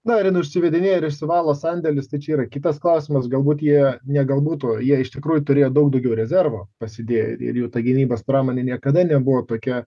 na ar jin užsivedinėja ir išsivalo sandėlis tačiau yra kitas klausimas galbūt jie ne galbūt o jie iš tikrųjų turėjo daug daugiau rezervo pasidėję ir jų ta gynybos pramonė niekada nebuvo tokia